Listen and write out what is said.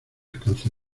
alcance